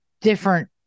different